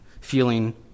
feeling